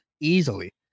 Easily